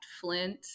Flint